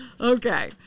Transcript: Okay